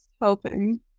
helping